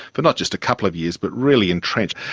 but not just a couple of years but really entrenched.